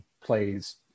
plays